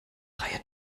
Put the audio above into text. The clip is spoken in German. reihe